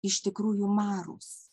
iš tikrųjų marūs